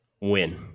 Win